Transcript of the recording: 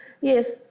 Yes